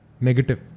Negative